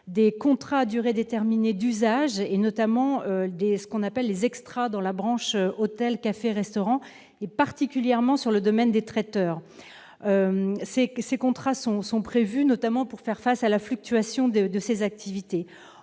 des contrats à durée déterminée d'usage et notamment des ce qu'on appelle les extras dans la branche hôtels cafés restaurants, et particulièrement sur le domaine des traiteurs, c'est que ces contrats sont sont prévus notamment pour faire face à la fluctuation des de ses activités,